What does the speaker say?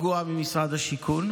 ממשרד השיכון,